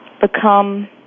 become